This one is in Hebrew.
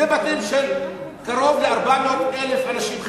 זה בתים של קרוב ל-400,000 אנשים.